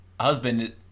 husband